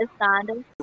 understand